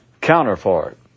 counterpart